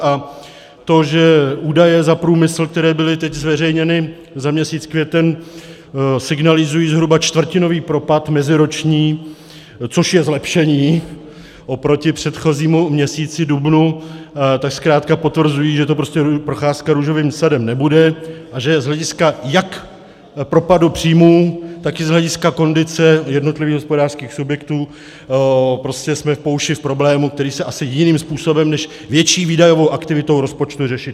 A to, že údaje za průmysl, které byly teď zveřejněny za měsíc květen, signalizují zhruba čtvrtinový meziroční obrat, což je zlepšení oproti předchozímu měsíci dubnu, tak zkrátka potvrzují, že to prostě procházka růžovým sadem nebude a že z hlediska jak propadu příjmů, tak i z hlediska kondice jednotlivých hospodářských subjektů jsme po uši v problému, který se asi jiným způsobem než větší výdajovou aktivitou rozpočtu řešit nedá.